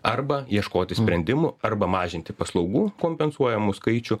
arba ieškoti sprendimų arba mažinti paslaugų kompensuojamų skaičių